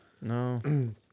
No